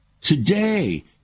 Today